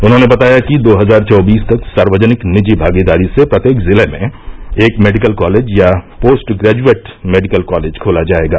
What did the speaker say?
उन्होंने बताया कि दो हजार चौबीस तक सार्वजनिक निजी भागीदारी से प्रत्येक जिले में एक मेडिकल कॉलेज या पोस्ट ग्रेजुएट मेडिकल कॉलेज खोला जाएगा